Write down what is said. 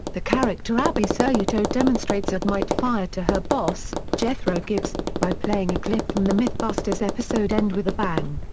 the character abby sciuto demonstrates a thermite fire to her boss, jethro gibbs, by playing a clip from the mythbusters episode end with a bang.